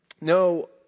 No